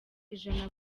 ijana